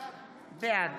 בעד